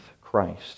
Christ